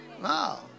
Wow